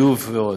ביוב ועוד.